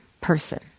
person